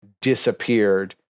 disappeared